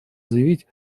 заявить